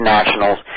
Nationals